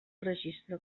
registre